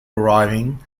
arriving